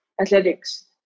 Athletics